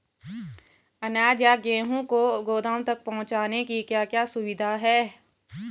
अनाज या गेहूँ को गोदाम तक पहुंचाने की क्या क्या सुविधा है?